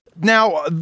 Now